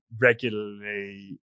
regularly